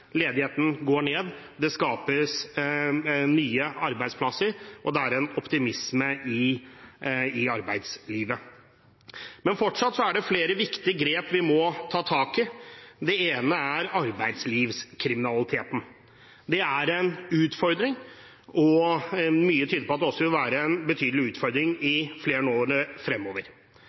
Ledigheten går ned, det skapes nye arbeidsplasser, og det er en optimisme i arbeidslivet. Men fortsatt er det flere viktige grep vi må ta. Det ene gjelder arbeidslivskriminaliteten. Det er en utfordring, og mye tyder på at det også vil være en betydelig utfordring i flere år fremover.